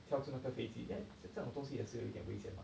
跳出那个飞机 then 是这样东西也是有点危险吗